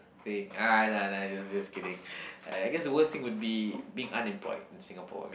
thing ah no no just just kidding I guess the worst thing would be being unemployed in Singapore I mean